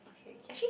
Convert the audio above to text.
okay okay